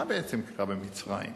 מה בעצם קרה במצרים?